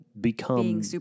become